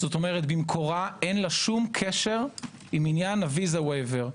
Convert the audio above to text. כלומר במקורה אין לה שום קשר עם הוויזה ווייבר.